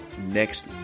next